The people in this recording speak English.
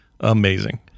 amazing